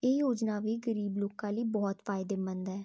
ਇਹ ਯੋਜਨਾ ਵੀ ਗਰੀਬ ਲੋਕਾਂ ਲਈ ਬਹੁਤ ਫਾਇਦੇਮੰਦ ਹੈ